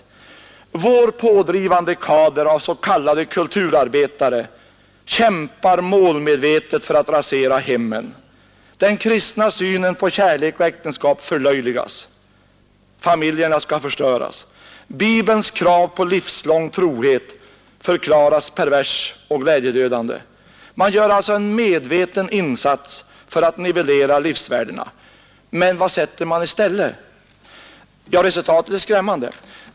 Många i vår pådrivande kader av s.k. kulturarbetare kämpar målmedvetet för att rasera hemmen. Den kristna synen på kärlek och äktenskap förlöjligas, familjerna skall förstöras. Bibelns krav på livslång trohet förklaras vara pervers och glädjedödande. Man gör alltså en medveten insats för att nivellera livsvärdena, men vad sätter man i stället? Resultatet är skrämmande.